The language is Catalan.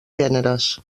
gèneres